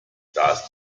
das